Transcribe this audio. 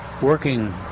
working